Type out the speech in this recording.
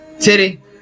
Titty